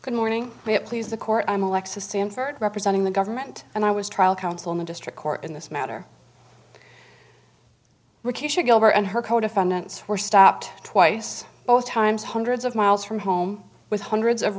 good morning to please the court i'm alexis stanford representing the government and i was trial counsel in the district court in this matter over and her co defendants were stopped twice both times hundreds of miles from home with hundreds of